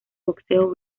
boxeo